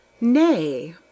nay